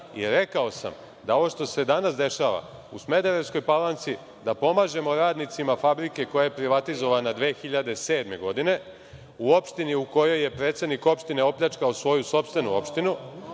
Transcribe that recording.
Rekao sam da ovo što se danas dešava u Smederevskoj Palanci, da pomažemo radnicima fabrike koja je privatizovana 2007. godine, u opštini u kojoj je predsednik opštine opljačkao svoju sopstvenu opštinu,